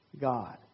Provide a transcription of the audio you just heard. God